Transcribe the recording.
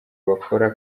bakora